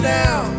now